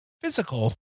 physical